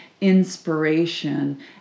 inspiration